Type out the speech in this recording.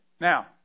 Now